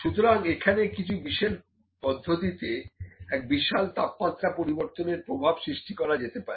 সুতরাং এখানে কিছু বিশেষ পদ্ধতিতে এক বিশাল তাপমাত্রা পরিবর্তনের প্রভাব সৃষ্টি করা যেতে পারে